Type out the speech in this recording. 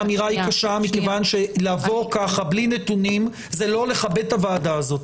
האמירה היא קשה מכיוון שלבוא ככה בלי נתונים זה לא לכבד את הוועדה הזאת.